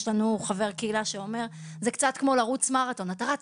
יש לנו חבר קהילה שאומר שזה קצת כמו לרוץ מרתון: אתה רץ,